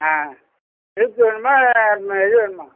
ஆ milk வேணுமா இது வேணுமா